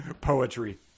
Poetry